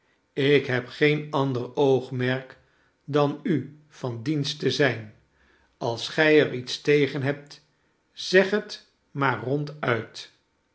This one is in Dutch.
ik heb geen ander oogmerk dan u van dienst te zijn als gij er iets tegen hebt zeg het maar ronduit